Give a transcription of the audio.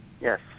Yes